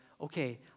okay